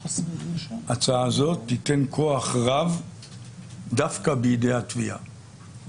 ההצעה הזאת תיתן כוח רב דווקא בידי התביעה